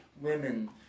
women